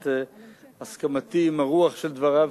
את הסכמתי עם הרוח של דבריו,